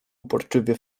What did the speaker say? uporczywie